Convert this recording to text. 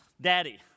Daddy